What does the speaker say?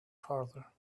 further